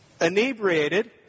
inebriated